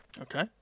Okay